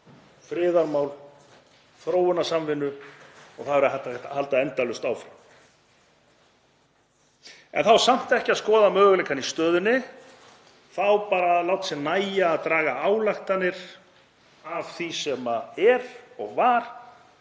friðarmál, þróunarsamvinnu og það væri hægt að halda endalaust áfram. En það á samt ekki að skoða möguleikana í stöðunni, það á bara að láta sér nægja að draga ályktanir af því sem er og var